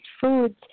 foods